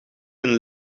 een